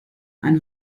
ein